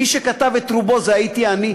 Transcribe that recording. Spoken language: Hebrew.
מי שכתב את רובו היה אני.